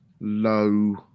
low